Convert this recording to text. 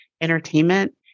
entertainment